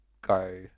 go